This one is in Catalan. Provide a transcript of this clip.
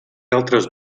altres